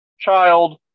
child